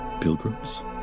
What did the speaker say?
pilgrims